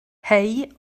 hei